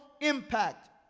impact